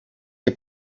que